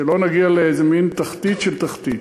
שלא נגיע לאיזה מין תחתית של תחתית.